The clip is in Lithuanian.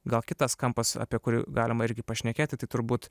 gal kitas kampas apie kurį galima irgi pašnekėti tai turbūt